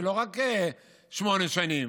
ולא רק שמונה שנים,